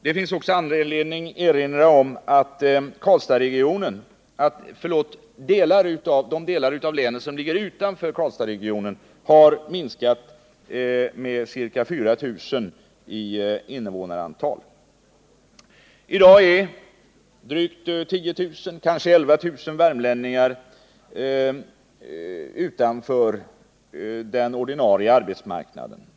Det finns också anledning att erinra om att de delar av länet som ligger utanför Karlstadsregionen har minskat med ca 4 000 i invånarantal. I dag är drygt 10 000, kanske 11 000, värmlänningar utanför den ordinarie arbetsmarknaden.